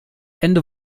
ende